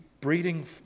breeding